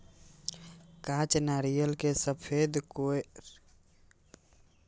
कांच नारियल केर सफेद कॉयर के उपयोग महीन ब्रश, रस्सी, मछलीक जाल बनाबै मे होइ छै